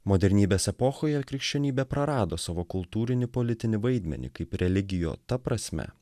modernybės epochoje krikščionybė prarado savo kultūrinį politinį vaidmenį kaip religijo ta prasme